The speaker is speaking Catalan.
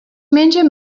mengen